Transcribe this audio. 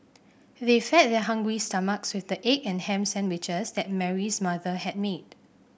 they fed their hungry stomachs with the egg and ham sandwiches that Mary's mother had made